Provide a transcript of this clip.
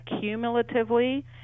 cumulatively